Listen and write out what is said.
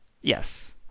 Yes